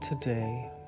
today